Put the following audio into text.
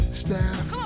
staff